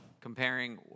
comparing